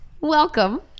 Welcome